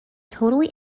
totally